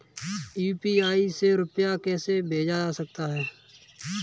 UPI से रुपया कैसे भेज सकते हैं?